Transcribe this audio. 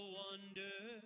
wonder